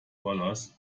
dollars